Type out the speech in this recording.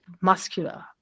muscular